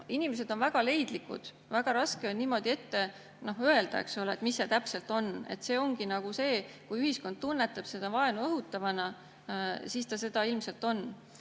Inimesed on väga leidlikud. Väga raske on niimoodi ette öelda, mis see täpselt on. See ongi nii, et kui ühiskond tunnetab midagi vaenu õhutavana, siis ta seda ilmselt on.